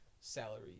salary